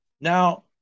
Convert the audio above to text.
now